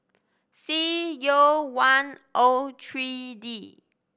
C U one O three D